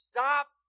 Stop